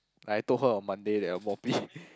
like I told her on Monday that I mop it